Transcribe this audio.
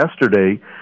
yesterday